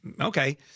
okay